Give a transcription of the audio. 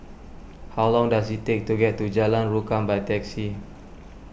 how long does it take to get to Jalan Rukam by taxi